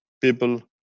people